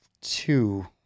two